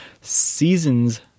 seasons